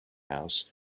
house